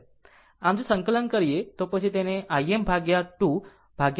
આમ જો સંકલન કરીએ તો પછી તેને Im ભાગ્યા 2 √2 મળી શકશે